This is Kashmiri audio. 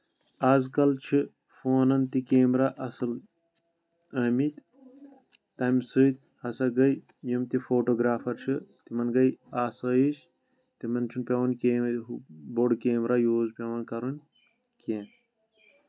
آز کل چھِ فونن تہِ کیمرا اَصٕل آمٕتۍ تَمہِ سۭتۍ ہسا گے یِم تہِ فوٹوگرافر چھِ تِمن گے آسٲیِش تِمن چھُ نہٕ پیوان ہُہ بوٚڑ کیمرا یوٗز پٮ۪وان کَرُن کیٚنٛہہ